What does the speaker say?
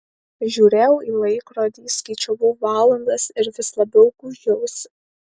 žiūrėjau į laikrodį skaičiavau valandas ir vis labiau gūžiausi